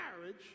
marriage